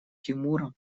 тимура